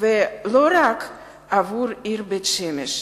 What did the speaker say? ולא רק עבור עבור העיר בית-שמש.